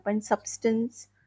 substance